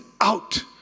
out